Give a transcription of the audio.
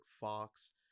Fox